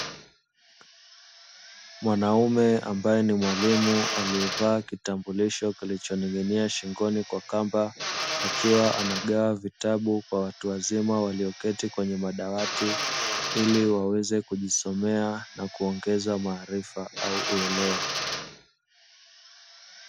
Mwanaume ambae ni mwalimu amevaa kitambulisho kilicho ning'nia shingoni kwa kamba, akiwa anagawa vitabu kwa watuwazima walioketi kwenye madawati, ili waweze kujisomea na kuongeza maarifa au uelewa.